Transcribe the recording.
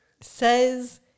says